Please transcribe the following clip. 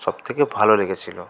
সব থেকে ভালো লেগেছিলো